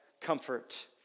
comfort